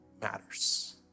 matters